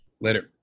Later